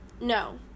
No